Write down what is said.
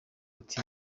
ati